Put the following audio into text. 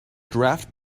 draft